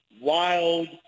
wild